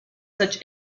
such